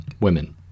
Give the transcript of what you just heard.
women